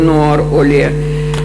תוכנית לנוער עולה,